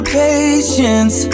patience